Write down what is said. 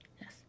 Yes